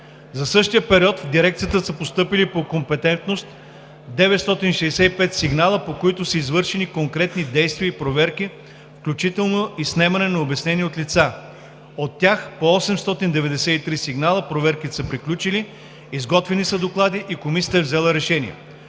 За същия период в дирекцията са постъпили по компетентност 965 сигнала, по които са извършени конкретни действия и проверки, включително и снемане на обяснения от лица. От тях по 893 сигнала проверките са приключили, изготвени са доклади и Комисията е взела решение.